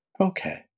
Okay